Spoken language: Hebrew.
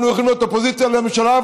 אנחנו הולכים להיות אופוזיציה לממשלה,